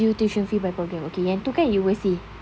view tuition fee by programme okay yang itu kan you will see